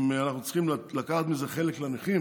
אם אנחנו צריכים לקחת מזה חלק לנכים.